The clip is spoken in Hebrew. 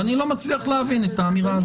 אני לא מצליח להבין את האמירה הזאת.